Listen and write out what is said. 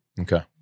Okay